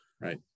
Right